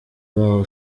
baho